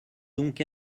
donc